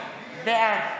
בעד